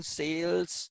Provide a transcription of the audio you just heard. sales